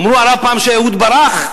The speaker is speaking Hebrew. אמרו עליו פעם "אהוד ברח",